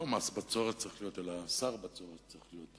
לא מס בצורת צריך להיות אלא שר בצורת צריך להיות,